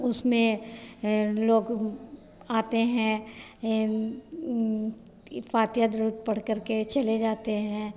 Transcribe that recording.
उसमें लोग आते हैं ये फ़ातिहा दुरूद पढ़कर के चले जाते हैं